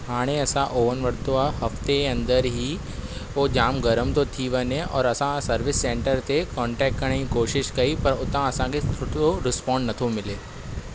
हाणे असां ओवन वरितो आहे हफ़्ते अंदरि ई हो जामु गरम थो थी वञे और असां सर्विस सेंटर ते कॉन्टैक्ट करण जी कोशिशि कई पर उतां असांखे सुठो रिस्पॉन्ड नथो मिले